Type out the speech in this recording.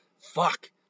fuck